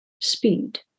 speed